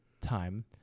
time